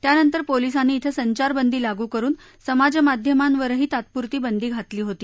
त्यानंतर पोलीसांनी क्षे संचारबंदी लागू करुन समाजमाध्यमांवरही तात्पुरती बंदी घातली होती